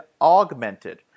augmented